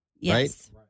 Yes